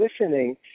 listening